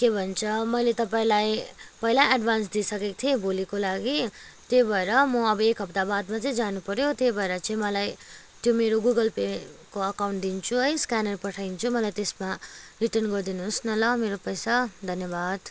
के भन्छ मैले तपाईँलाई पहिल्यै एडभान्स दिइसकेको थिएँ भोलिको लागि त्यही भएर म अब एक हफ्ता बादमा चाहिँ जानुपऱ्यो त्यही भएर चाहिँ मलाई त्यो मेरो गुगल पेको एकाउन्ट दिन्छु है स्क्यानर पठाइदिन्छु मलाई त्यसमा रिटर्न गरिदिनुहोस् न ल मेरो पैसा धन्यवाद